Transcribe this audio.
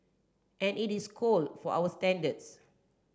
and it is cold for our standards